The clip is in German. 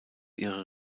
ihre